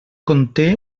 conté